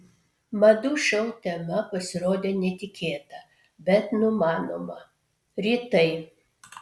madų šou tema pasirodė netikėta bet numanoma rytai